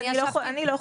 אני לא חושבת,